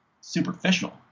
superficial